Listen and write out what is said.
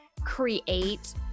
create